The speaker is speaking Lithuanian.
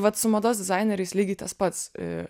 vat su mados dizaineriais lygiai tas pats